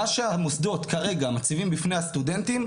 מה שהמוסדות מציבים כרגע בפני הסטודנטים,